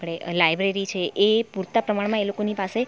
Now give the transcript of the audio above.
આપણે લાઇબ્રેરી છે એ પૂરતા પ્રમાણમાં એ લોકોની પાસે